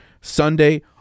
Sunday